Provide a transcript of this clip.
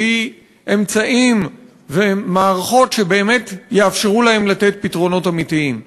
בלי אמצעים ומערכות שבאמת יאפשרו להם לתת פתרונות אמיתיים.